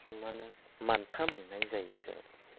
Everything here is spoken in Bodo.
माने बान्था मोननाय जायो जों